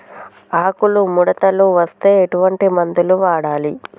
ఆకులు ముడతలు వస్తే ఎటువంటి మందులు వాడాలి?